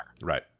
Right